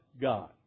God